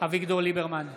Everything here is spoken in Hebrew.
אביגדור ליברמן,